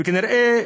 וכנראה,